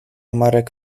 marek